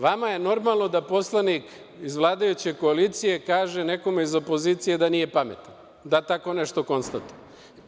Vama je normalno da poslanik i vladajuće koalicije kaže nekome iz opozicije da nije pametan, da tako nešto konstatuje.